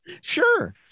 sure